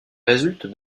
résulte